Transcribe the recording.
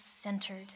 centered